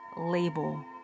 label